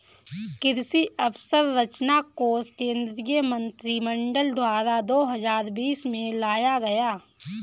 कृषि अंवसरचना कोश केंद्रीय मंत्रिमंडल द्वारा दो हजार बीस में लाया गया